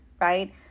right